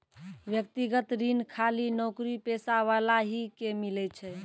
व्यक्तिगत ऋण खाली नौकरीपेशा वाला ही के मिलै छै?